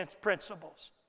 principles